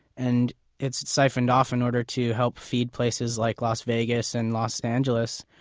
and it's siphoned off in order to help feed places like las vegas and los angeles.